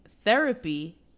Therapy